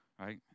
right